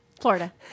Florida